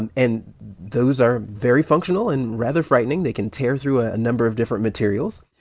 and and those are very functional and rather frightening. they can tear through ah a number of different materials.